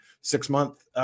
six-month